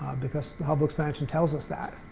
because the hubble expansion tells us that.